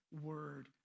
word